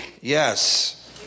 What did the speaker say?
Yes